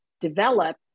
develop